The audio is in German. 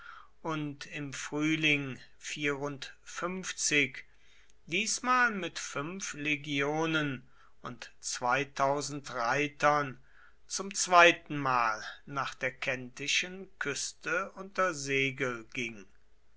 und im frühling diesmal mit fünf legionen und reitern zum zweitenmal nach der kentischen küste unter segel ging